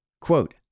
Quote